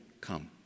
Come